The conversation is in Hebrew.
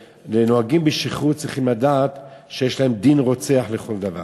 ונוהגים בשכרות צריכים לדעת שיש להם דין רוצח לכל דבר.